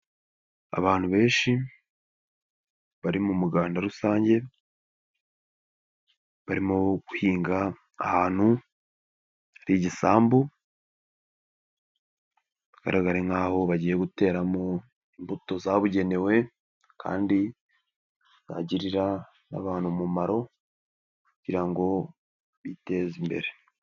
Abantu benshi bari mu muganda rusange, barimo guhinga ahantu hari igisambu, bigaragare nk'aho bagiye guteramo imbuto zabugenewe kandi zagirira n'abantu umumaro kugira ngo biteze imbere.